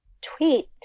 Tweet